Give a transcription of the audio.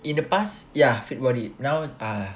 in the past yeah fit body now ah